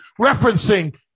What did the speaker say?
Referencing